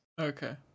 Okay